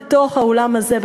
בתוך האולם הזה,